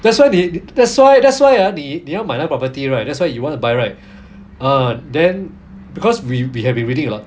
that's why 你 that's why that's why ah 你你要买那种 property right that's why you wanna buy right uh then because we we have reading a lot